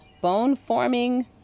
bone-forming